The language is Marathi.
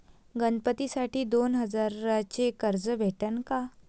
गणपतीसाठी दोन हजाराचे कर्ज भेटन का?